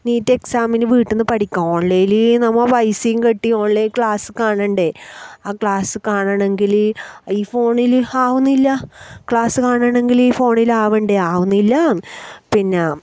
NEET എക്സാമിന് വീട്ടിൽ നിന്ന് പഠിക്കാം ഓൺലൈനിൽ നമ്മൾ പൈസയും കെട്ടി ഓൺലൈൻ ക്ലാസ് കാണേണ്ടേ ആ ക്ലാസ് കാണണമെങ്കിൽ ഈ ഫോണിൽ ആവുന്നില്ല ക്ലാസ് കാണണമെങ്കിൽ ഈ ഫോണിൽ ആവേണ്ടേ ആവുന്നില്ല പിന്നെ